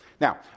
Now